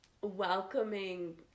welcoming